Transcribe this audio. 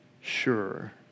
sure